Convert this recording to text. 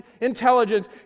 intelligence